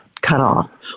cutoff